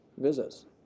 visits